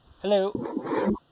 Hello